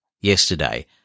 yesterday